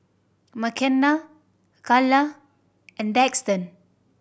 Makenna Kala and Daxton